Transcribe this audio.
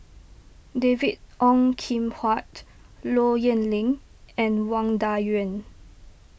David Ong Kim Huat Low Yen Ling and Wang Dayuan